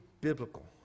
biblical